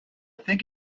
think